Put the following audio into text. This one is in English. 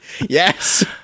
Yes